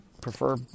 prefer